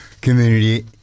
Community